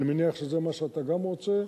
אני מניח שזה גם מה שאתה רוצה.